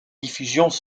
diffusions